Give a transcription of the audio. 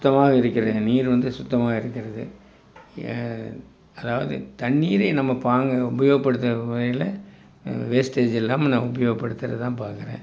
சுத்தமாக இருக்கிறதை நீர் வந்து சுத்தமாக இருக்கிறது அதாவது தண்ணீரை நம்ம பாங்கா உபயோகப்படுத்துகிற முறையில் வேஸ்டேஜ் இல்லாமல் நான் உபயோகப்படுத்துறது தான் பார்க்குறேன்